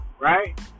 right